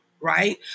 right